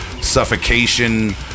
Suffocation